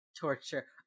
torture